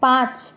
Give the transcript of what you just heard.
পাঁচ